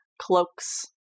cloaks